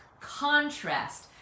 contrast